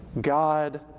God